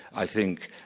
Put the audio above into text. i think,